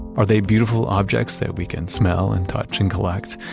are they beautiful objects that we can smell and touch and collect?